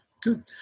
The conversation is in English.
Good